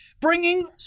bringing